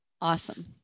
awesome